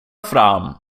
fram